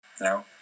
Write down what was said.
No